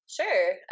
Sure